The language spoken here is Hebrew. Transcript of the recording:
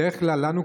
בדרך כלל אנו,